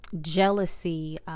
jealousy